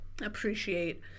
appreciate